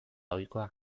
ohikoa